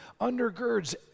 undergirds